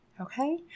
Okay